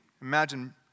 imagine